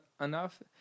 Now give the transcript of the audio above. enough